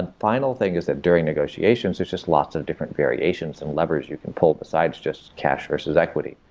and final thing is that during negotiations, there's just lots of different variations and leverage you can pull aside to just cash versus equity.